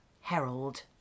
Herald